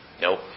Nope